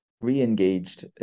re-engaged